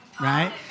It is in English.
Right